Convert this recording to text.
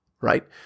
Right